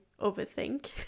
overthink